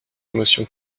émotion